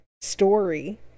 story